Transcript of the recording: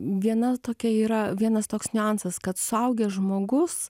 viena tokia yra vienas toks niuansas kad suaugęs žmogus